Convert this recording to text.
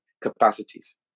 capacities